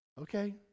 Okay